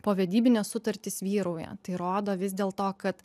povedybinės sutartys vyrauja tai rodo vis dėl to kad